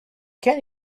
can